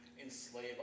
enslave